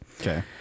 Okay